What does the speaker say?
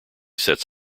sets